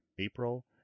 april